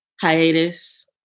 hiatus